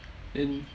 then